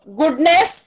goodness